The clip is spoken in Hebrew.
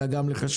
אלא גם לחשמל.